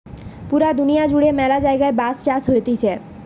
পুরা দুনিয়া জুড়ে ম্যালা জায়গায় বাঁশ চাষ হতিছে